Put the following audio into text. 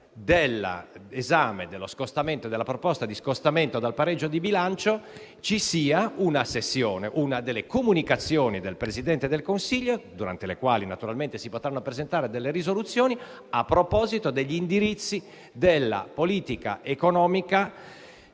che, prima dell'esame della proposta di scostamento dal pareggio di bilancio, si svolgano le comunicazioni del Presidente del Consiglio, durante le quali naturalmente si potranno presentare delle proposte di risoluzione, a proposito degli indirizzi della politica economica